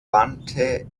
wandte